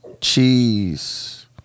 cheese